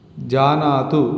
जानातु